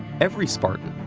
every spartan,